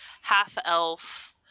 half-elf